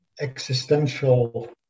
existential